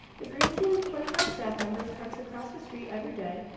the green team of twenty five staff members parks across the street every day,